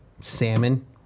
Salmon